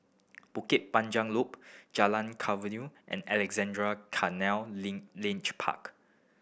Bukit Panjang Loop Jalan Khairuddin and Alexandra Canal Linear Park